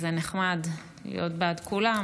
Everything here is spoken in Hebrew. זה נחמד להיות בעד כולם,